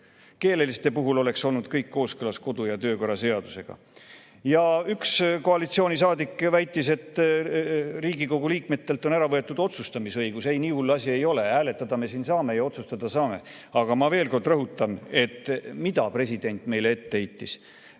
Keeleliste puhul oleks olnud kõik kooskõlas kodu- ja töökorra seadusega. Ja üks koalitsioonisaadik väitis, et Riigikogu liikmetelt on ära võetud otsustamisõigus. Ei, nii hull asi ei ole. Hääletada me siin saame ja otsustada saame. Aga ma veel kord rõhutan, mida president meile ette heitis.